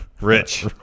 Rich